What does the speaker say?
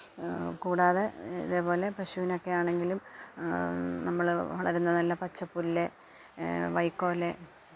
കൂടാതെ ഇതേ പോലെ പശുവിനൊക്കെ ആണെങ്കിലും നമ്മള് വളരുന്ന നല്ല പച്ച പുല്ല് വൈക്കോല്